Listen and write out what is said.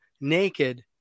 naked